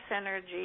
energy